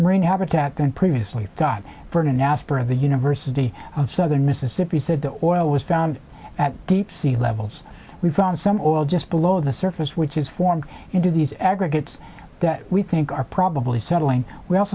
rain habitat than previously thought vernon asper of the university of southern mississippi said the oil was found at deep sea levels we found some oil just below the surface which is formed into these aggregates that we think are probably settling we al